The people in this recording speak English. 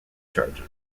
charges